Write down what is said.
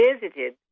visited